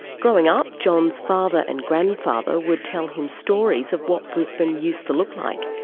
growing up, john's father and grandfather would tell him stories of what brisbane used to look like.